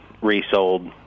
resold